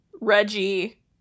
Reggie